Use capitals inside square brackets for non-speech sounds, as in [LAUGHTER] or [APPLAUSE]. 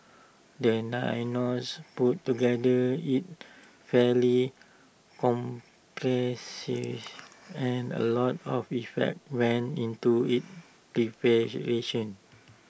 the [UNINTELLIGIBLE] put together is fairly comprehensive and A lot of effect went into its preparation